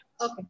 Okay